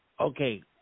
Okay